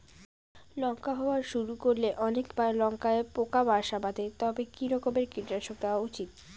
লঙ্কা হওয়া শুরু করলে অনেক লঙ্কায় পোকা বাসা বাঁধে তবে কি রকমের কীটনাশক দেওয়া উচিৎ?